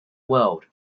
world